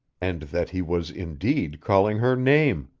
and that he was indeed calling her name.